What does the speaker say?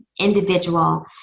individual